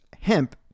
hemp